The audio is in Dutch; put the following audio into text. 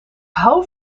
hou